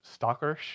stalkerish